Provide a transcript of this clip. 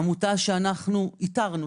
עמותה שאיתרנו,